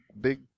Big